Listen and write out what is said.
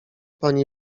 pani